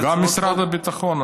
גם משרד הביטחון,